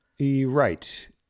Right